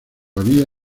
había